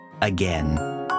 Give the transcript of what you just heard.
again